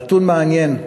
נתון מעניין,